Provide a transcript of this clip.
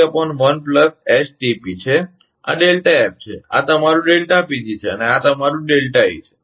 અને આ તમારું છે અને આ તમારું છે